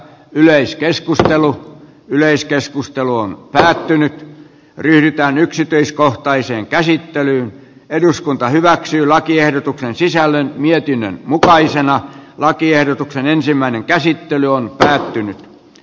yleiskeskustelu vello yleiskeskustelu on päättynyt ryhdytään yksityiskohtaiseen käsittelyyn eduskunta hyväksyy lakiehdotuksen sisällön mietinnön mukaisena lakiehdotuksen ensimmäinen käsittely on päättynyt